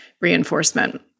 reinforcement